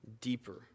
deeper